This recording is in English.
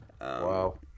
wow